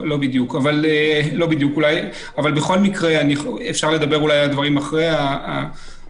אבל בכל מקרה אפשר לדבר על הדברים אולי אחרי הוועדה,